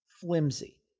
flimsy